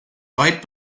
weit